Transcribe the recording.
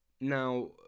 Now